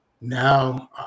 Now